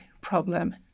problem